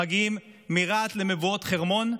מגיעים מרהט למבואות חרמון,